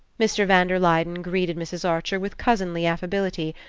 mr. van der luyden greeted mrs. archer with cousinly affability,